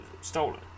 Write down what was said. stolen